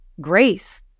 grace